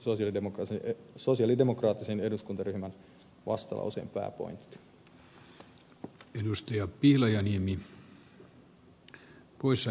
tässä on sosialidemokraattisen eduskuntaryhmän vastalauseen pääpointti